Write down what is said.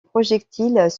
projectiles